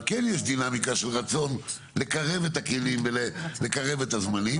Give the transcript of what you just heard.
יש דינמיקה של רצון לקרב את הכלים ואת הזמנים.